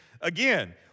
again